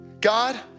God